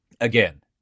again